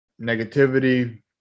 negativity